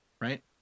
Right